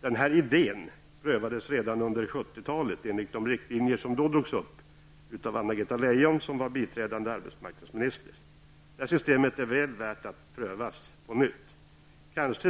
Den här idéen prövades redan under 70-talet enligt de riktlinjer som drogs upp av Anna-Greta Lejon, som då var biträdande arbetsmarknadsminister. Systemet är väl värt att prövas på nytt.